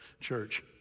church